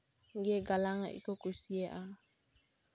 ᱜᱮ ᱜᱟᱞᱟᱝ ᱟᱜ ᱜᱮᱠᱚ ᱠᱩᱥᱤᱭᱟᱜᱼᱟ